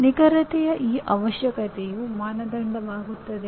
ನಿಖರತೆಯ ಆ ಅವಶ್ಯಕತೆಯು ಮಾನದಂಡವಾಗುತ್ತದೆ